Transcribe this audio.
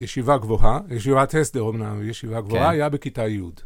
ישיבה גבוהה, ישיבת הסדר, אומנם, ישיבה גבוהה, היה בכיתה י.